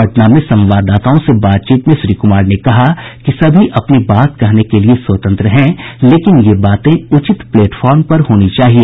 पटना में संवाददाताओं से बातचीत में श्री कुमार ने कहा कि सभी अपनी बात कहने के लिए स्वतंत्र है लेकिन ये बातें उचित प्लेटफॉर्म पर होनी चाहिए